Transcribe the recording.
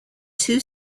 two